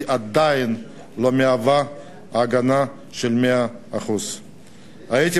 היא עדיין לא מהווה הגנה של 100%. הייתי